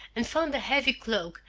and found a heavy cloak,